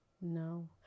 No